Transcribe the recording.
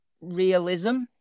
realism